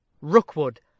Rookwood